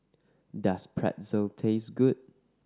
does Pretzel taste good